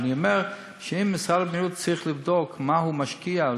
אבל אני אומר שאם משרד הבריאות צריך לבדוק במה הוא משקיע,